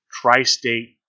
Tri-State